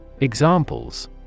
Examples